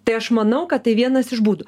tai aš manau kad tai vienas iš būdų